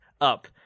up